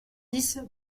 dix